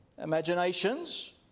Imaginations